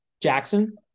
Jackson